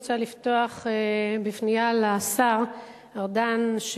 אני רוצה לפתוח בפנייה לשר ארדן,